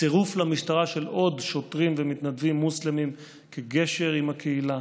צירוף למשטרה של עוד שוטרים ומתנדבים מוסלמים כגשר עם הקהילה,